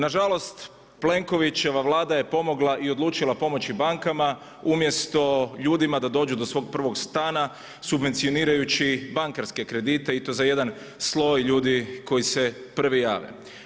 Nažalost, Plenkovićeva Vlada je pomogla i odlučila pomoći bankama umjesto ljudima da dođu do svog prvog stana subvencionirajući bankarske kredite i to za jedan sloj ljudi koji se prvi jave.